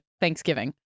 Thanksgiving